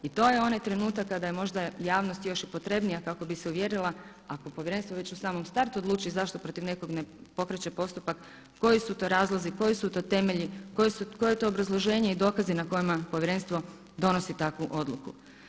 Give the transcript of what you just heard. I to je onaj trenutak kada je možda javnost još i potrebnija kako bi se uvjerila, ako Povjerenstvo već u samom startu odluči zašto protiv nekog ne pokreće postupak koji su to razlozi, koji su to temelji, koje je to obrazloženje i dokazi na kojima Povjerenstvo donosi takvu odluku.